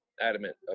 adamant